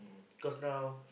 cause now